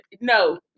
no